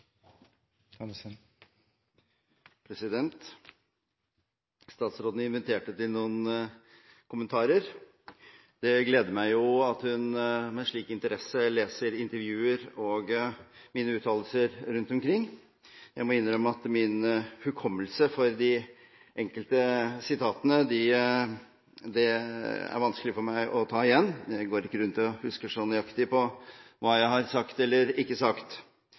kan garantere, er at de store forleggerne fortsatt gnir seg i hendene. Statsråden inviterte til noen kommentarer. Det gleder meg at hun med slik interesse leser intervjuer og mine uttalelser rundt omkring. Jeg må innrømme at min hukommelse for de enkelte sitatene er vanskelig for meg å ta igjen. Jeg går ikke rundt og husker nøyaktig hva jeg har sagt eller ikke har sagt.